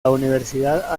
universidad